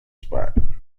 spot